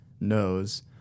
knows